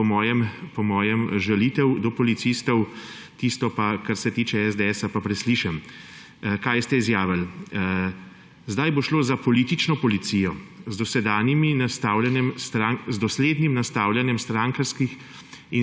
po mojem žalitev do policistov. Tisto, ki se tiče SDS, pa preslišim. Kaj ste izjavili? Prva izjava: zdaj bo šlo za politično policijo z doslednim nastavljanjem strankarskih